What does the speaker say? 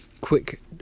quick